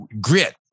grit